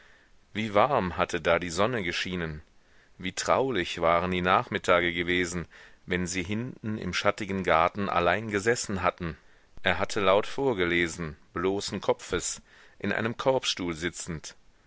wie warm hatte da die sonne geschienen wie traulich waren die nachmittage gewesen wenn sie hinten im schattigen garten allein gesessen hatten er hatte laut vorgelesen bloßen kopfes in einem korbstuhl sitzend